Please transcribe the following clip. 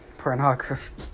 pornography